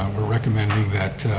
ah we're recommending that